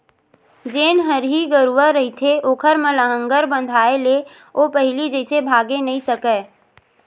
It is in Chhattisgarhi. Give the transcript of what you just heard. जेन हरही गरूवा रहिथे ओखर म लांहगर बंधाय ले ओ पहिली जइसे भागे नइ सकय